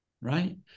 right